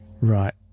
Right